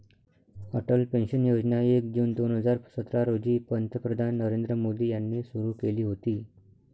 Atal pension योजना एक जून दोन हजार सतरा रोजी पंतप्रधान नरेंद्र मोदी यांनी सुरू केली होती